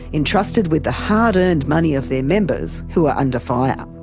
entrusted with the hard earned money of their members, who are under fire.